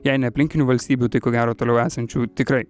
jei ne aplinkinių valstybių tai ko gero toliau esančių tikrai